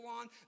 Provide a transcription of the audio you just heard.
on